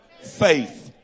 faith